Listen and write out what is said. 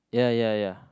ya ya ya